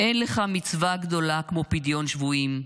אין לך מצווה גדולה כמו פדיון שבויים,